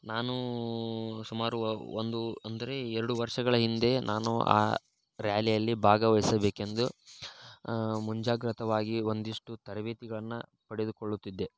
ನಾನು ಸುಮಾರು ಒಂದು ಅಂದರೆ ಎರಡು ವರ್ಷಗಳ ಹಿಂದೆ ನಾನು ಆ ರ್ಯಾಲಿಯಲ್ಲಿ ಭಾಗವಹಿಸಬೇಕೆಂದು ಮುಂಜಾಗ್ರತವಾಗಿ ಒಂದಿಷ್ಟು ತರಬೇತಿಗಳನ್ನು ಪಡೆದುಕೊಳ್ಳುತ್ತಿದ್ದೆ